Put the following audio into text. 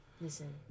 Listen